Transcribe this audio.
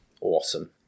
awesome